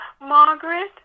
Margaret